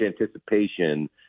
anticipation